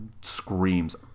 screams